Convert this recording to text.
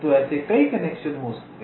तो ऐसे कई कनेक्शन हो सकते हैं